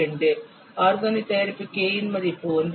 2 organic தயாரிப்புக்கு k இன் மதிப்பு 1